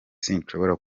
sinshobora